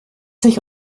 sich